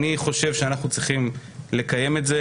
אני חושב שאנחנו צריכים לקיים את זה,